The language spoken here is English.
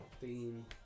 theme